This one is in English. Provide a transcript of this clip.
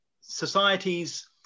societies